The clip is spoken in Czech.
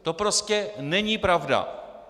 To prostě není pravda!